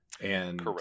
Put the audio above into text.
Correct